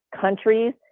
countries